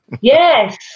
yes